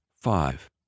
five